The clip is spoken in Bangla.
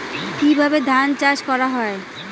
কিভাবে ধান চাষ করা হয়?